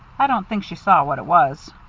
i don't think she saw what it was.